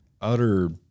utter